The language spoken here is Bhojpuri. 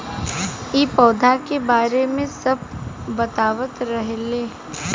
इ पौधा के बारे मे सब बतावत रहले